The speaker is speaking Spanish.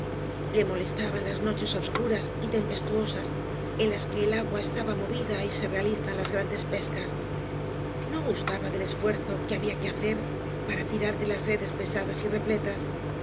le molestaban las noches obscuras y tem pestuosas en las que el agua está movida y se realizan las grandes pescas no gustaba del esfuerzo que había que hacer para tirar de las redes pesadas y repletas